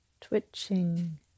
twitching